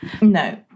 No